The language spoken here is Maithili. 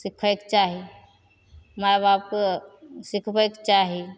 सिखैके चाही माइ बापके सिखबैके चाही